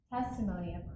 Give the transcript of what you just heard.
testimony